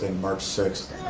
and march sixth